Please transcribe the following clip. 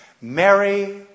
Mary